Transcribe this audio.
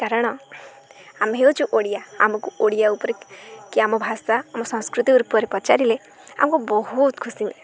କାରଣ ଆମେ ହେଉଛୁ ଓଡ଼ିଆ ଆମକୁ ଓଡ଼ିଆ ଉପରେ କି ଆମ ଭାଷା ଆମ ସଂସ୍କୃତି ଉପରେ ପଚାରିଲେ ଆମକୁ ବହୁତ ଖୁସି ମିଳେ